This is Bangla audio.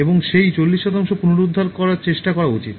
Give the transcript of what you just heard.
এবং সেই চল্লিশ শতাংশ পুনরুদ্ধার করার চেষ্টা করা উচিত